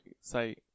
say